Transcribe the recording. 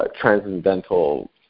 transcendental